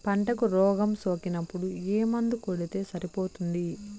పంటకు రోగం సోకినపుడు ఏ మందు కొడితే సరిపోతుంది?